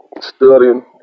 studying